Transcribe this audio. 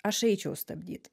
aš eičiau stabdyt